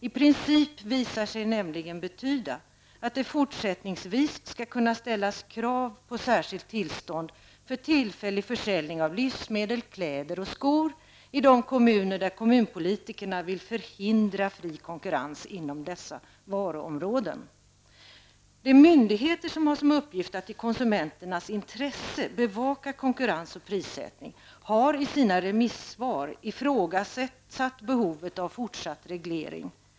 ''I princip'' visar sig nämligen betyda att det fortsättningsvis skall kunna ställas krav på särskilt tillstånd för tillfällig försäljning av livsmedel, kläder och skor i de kommuner där kommunpolitikerna vill förhindra fri konkurrens inom dessa varuområden. De myndigheter som har som uppgift att i konsumenternas intresse bevaka konkurrens och prissättning har i sina remissvar ifrågasatt behovet av fortsatt reglering.